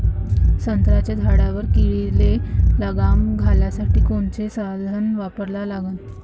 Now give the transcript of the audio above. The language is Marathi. संत्र्याच्या झाडावर किडीले लगाम घालासाठी कोनचे साधनं वापरा लागन?